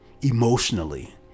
emotionally